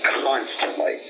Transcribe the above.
constantly